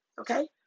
okay